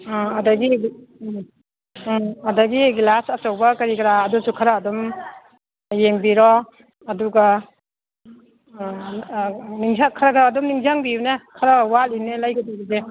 ꯑꯗꯒꯤ ꯑꯗꯒꯤ ꯒ꯭ꯂꯥꯁ ꯑꯆꯧꯕ ꯀꯔꯤ ꯀꯔꯥ ꯑꯗꯨꯁꯨ ꯈꯔ ꯑꯗꯨꯝ ꯌꯦꯡꯕꯤꯔꯣ ꯑꯗꯨꯒ ꯈꯒ ꯑꯗꯨꯝ ꯅꯤꯡꯖꯪꯕꯤꯌꯨꯅꯦ ꯈꯔ ꯋꯥꯠꯂꯤꯅꯦ ꯂꯩꯒꯗꯣꯔꯤꯁꯦ